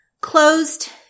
closed